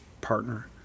partner